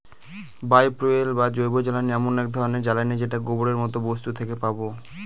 বায় fuel বা জৈবজ্বালানী এমন এক ধরনের জ্বালানী যেটা গোবরের মতো বস্তু থেকে পাবো